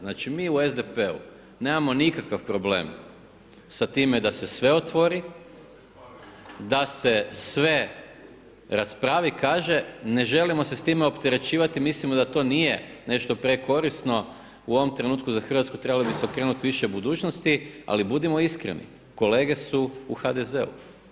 Znači mi u SDP-u nemamo nikakav problem sa time da se sve otvori, da se sve raspravi, kaže, ne želimo se s time opterećivati, mislimo da to nije nešto prekorisno u ovom trenutku za Hrvatsku, trebali bi se okrenuti više budućnosti, ali budimo iskreni, kolege su u HDZ-u.